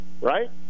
right